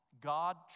God